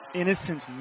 innocent